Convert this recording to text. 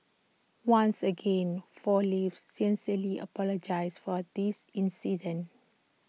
once again four leaves sincerely apologises for this incident